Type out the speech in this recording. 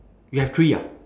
you have three ah